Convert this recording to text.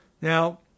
Now